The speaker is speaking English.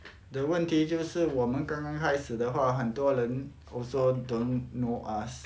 the 问题就是我们刚刚开始的话很多人 also don't know us